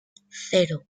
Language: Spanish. cero